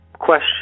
question